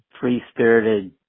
free-spirited